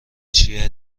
چیه